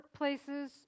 workplaces